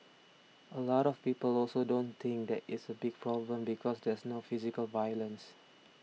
a lot of people also don't think that it's a big problem because there's no physical violence